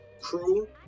crew